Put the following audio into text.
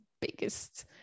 biggest